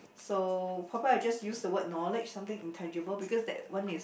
so probably I just use the word knowledge something intangible because that one is